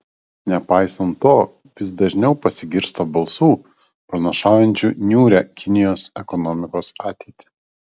nepaisant to vis dažniau pasigirsta balsų pranašaujančių niūrią kinijos ekonomikos ateitį